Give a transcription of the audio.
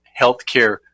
healthcare